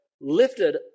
lifted